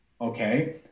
Okay